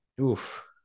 oof